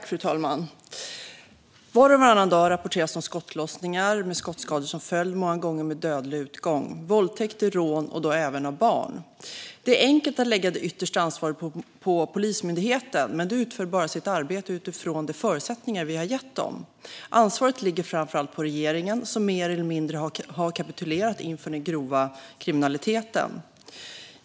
Fru talman! Var och varannan dag rapporteras det om skottlossningar med skottskador som följd, många gånger med dödlig utgång, våldtäkter och rån, även av barn. Det är enkelt att lägga det yttersta ansvaret på Polismyndigheten, men de utför bara sitt arbete utifrån de förutsättningar vi har gett dem. Ansvaret ligger framför allt på regeringen, som mer eller mindre har kapitulerat inför den grova kriminaliteten.